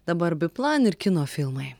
dabar biplan ir kino filmai